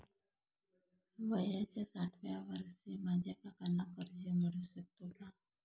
वयाच्या साठाव्या वर्षी माझ्या काकांना कर्ज मिळू शकतो का?